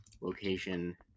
location